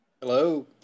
Hello